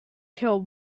till